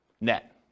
net